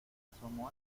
asomó